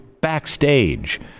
Backstage